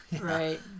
right